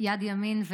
יד ימין,